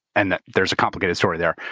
and there's a complicated story there,